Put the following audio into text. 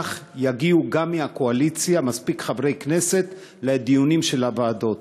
כך יגיעו גם מהקואליציה מספיק חברי כנסת לדיונים של הוועדות.